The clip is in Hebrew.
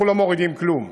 אנחנו לא מורידים כלום